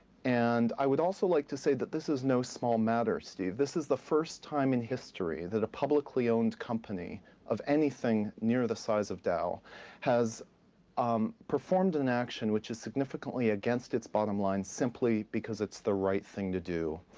and i would also like to say that this is no small matter, steve. this is the first time in history that a publicly owned company of anything near the size of dow has um performed an action which is significantly against its bottom line simply because it's the right thing to do.